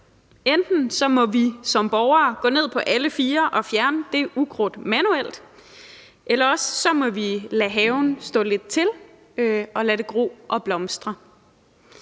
Enten må vi som borgere gå ned på alle fire og fjerne det ukrudt manuelt, eller også må vi lade haven stå lidt til og lade det gro og blomstre.